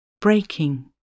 breaking